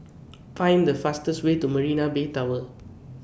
Find The fastest Way to Marina Bay Tower